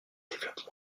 développent